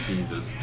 Jesus